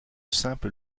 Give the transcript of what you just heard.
simple